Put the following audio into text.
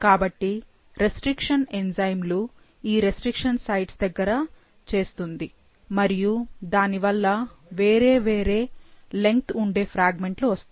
కాబట్టి రెస్ట్రిక్షన్ ఎంజైమ్లు ఈ రెస్ట్రిక్షన్ సైట్స్ దగ్గర కట్ చేస్తుంది మరియు దాని వల్ల వేరే వేరే లెంగ్త్ ఉండే ఫ్రాగ్మెంట్లు వస్తాయి